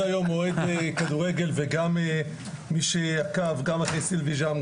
אוהד כדורגל וגם עקבתי לאורך השנים גם אחר סילבי ז'אן,